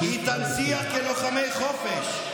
היא תנציח כלוחמי חופש.